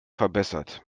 verbessert